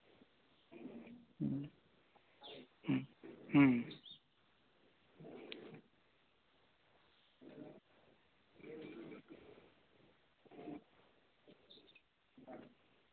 ᱦᱩᱸ ᱦᱩᱸᱜ ᱦᱩᱸ